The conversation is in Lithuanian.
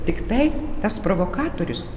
tiktai tas provokatorius